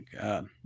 God